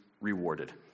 rewarded